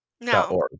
No